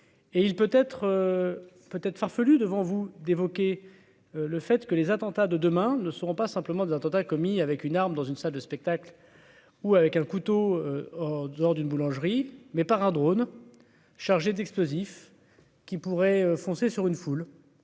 peut être farfelue devant vous d'évoquer le fait que les attentats de demain. Ne seront pas simplement des attentats commis avec une arme dans une salle de spectacle ou avec un couteau en dehors d'une boulangerie, mais par un drone chargé d'explosifs qui pourrait foncé sur une foule